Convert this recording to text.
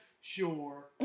sure